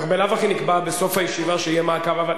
בלאו הכי נקבע בסוף הישיבה שיהיה מעקב,